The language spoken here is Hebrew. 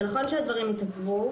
זה נכון שהדברים התעכבו.